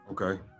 okay